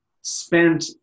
spent